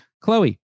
Chloe